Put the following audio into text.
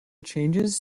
changes